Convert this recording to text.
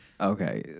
Okay